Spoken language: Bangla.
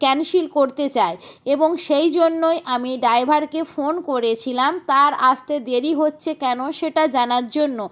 ক্যানসেল করতে চাই এবং সেই জন্যই আমি ড্রাইভারকে ফোন করেছিলাম তার আসতে দেরি হচ্ছে কেন সেটা জানার জন্য